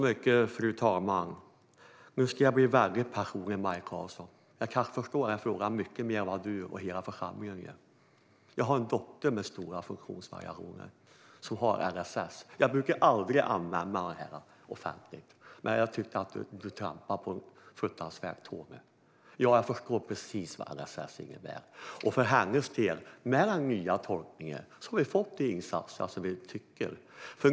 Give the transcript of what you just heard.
Fru talman! Nu ska jag bli väldigt personlig, Maj Karlsson. Jag kan förstå denna fråga mycket bättre än vad du och resten av församlingen gör. Jag har en dotter med stora funktionsvariationer som får stöd i enlighet med LSS. Jag brukar aldrig tala om detta offentligt, men jag tyckte att du trampade på en fruktansvärt öm tå. Jag förstår precis vad LSS innebär. Vad gäller min dotter får hon med den nya tolkningen de insatser som vi tycker behövs.